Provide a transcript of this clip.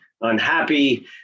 unhappy